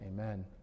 amen